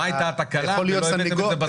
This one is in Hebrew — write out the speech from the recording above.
מה הייתה התקלה שלא הבאתם את זה בזמן?